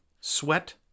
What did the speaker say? sweat